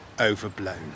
overblown